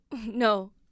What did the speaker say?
No